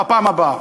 בפעם הבאה.